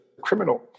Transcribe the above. criminal